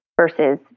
versus